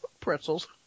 Pretzels